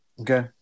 Okay